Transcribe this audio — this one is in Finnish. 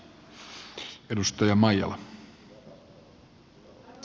arvoisa puhemies